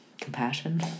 compassion